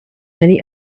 many